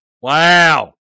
Wow